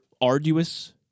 arduous